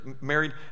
married